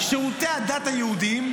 שירותי הדת היהודיים,